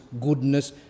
goodness